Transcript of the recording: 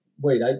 wait